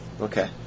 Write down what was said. Okay